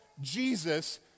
Jesus